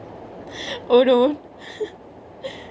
oh no